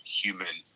human